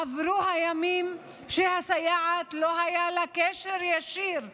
עברו הימים שלסייעת לא היה קשר ישיר לילדים,